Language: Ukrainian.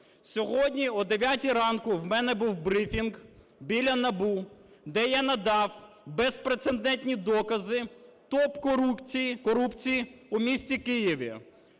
Сьогодні о 9-й ранку в мене був брифінг біля НАБУ, де я надав безпрецедентні докази топ-корупції у місті Києві.